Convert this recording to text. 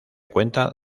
cuenta